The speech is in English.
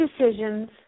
decisions